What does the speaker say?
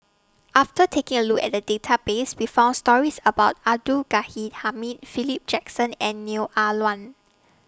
after taking A Look At The Database We found stories about Abdul Ghani Hamid Philip Jackson and Neo Ah Luan